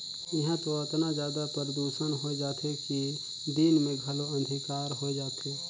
इहां तो अतना जादा परदूसन होए जाथे कि दिन मे घलो अंधिकार होए जाथे